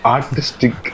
Artistic